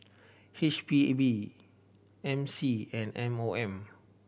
H P B M C and M O M